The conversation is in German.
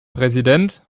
präsident